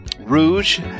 Rouge